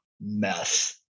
mess